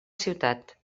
ciutat